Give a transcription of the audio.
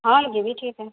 ہاں یہ بھی ٹھیک ہے